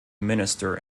minister